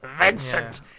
Vincent